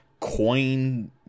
coin